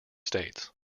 states